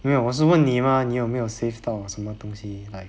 没有我是问你吗你有没有 save 到什么东西 like